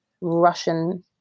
Russian